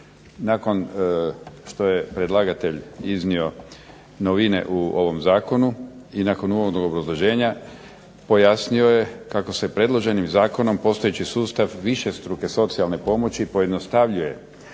Nakon što je predlagatelj iznio novine u ovom zakonu i nakon uvodnog obrazloženja pojasnio je kako se predloženim zakonom postojeći sustav višestruke socijalne pomoći pojednostavljuje